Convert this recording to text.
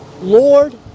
Lord